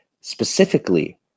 specifically